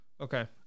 Okay